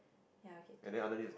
ya okay two